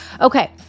Okay